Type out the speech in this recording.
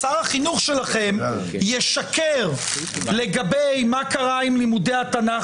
שר החינוך שלכם ישקר לגבי מה שקרה עם לימודי התנ"ך